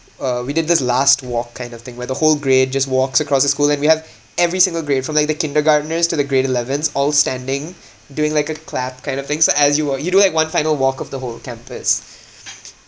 uh we did this last walk kind of thing where the whole grade just walks across the school and we had every single grade from like the kindergarteners to the grade elevens all standing doing like a clap kind of things as you walk you do have one final walk of the whole campus